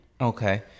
Okay